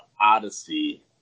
Odyssey